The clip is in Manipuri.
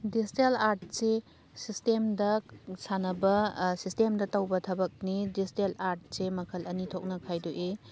ꯗꯤꯖꯤꯇꯦꯜ ꯑꯥꯔꯠꯁꯦ ꯁꯤꯁꯇꯦꯝꯗ ꯁꯥꯟꯅꯕ ꯁꯤꯁꯇꯦꯝꯗ ꯇꯧꯕ ꯊꯥꯕꯛꯅꯤ ꯗꯤꯖꯤꯇꯦꯜ ꯑꯥꯔꯠꯁꯤ ꯃꯈꯜ ꯑꯅꯤ ꯊꯣꯛꯅ ꯈꯥꯏꯗꯣꯛꯏ